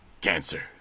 cancer